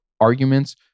arguments